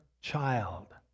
child